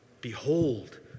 Behold